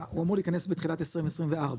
הוא אמור להיכנס בתחילת 2024,